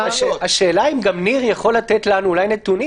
השאלה אם ניר יכול לתת לנו נתונים